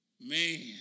man